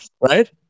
right